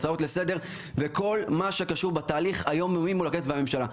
הצעות לסדר וכל מה שקשור בתהליך היום יומי מול הכנסת והממשלה.